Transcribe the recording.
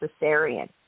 cesarean